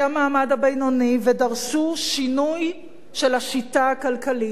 המעמד הבינוני ודרשו שינוי של השיטה הכלכלית,